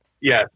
Yes